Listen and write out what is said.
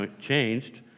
changed